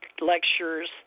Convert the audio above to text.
lectures